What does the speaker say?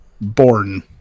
born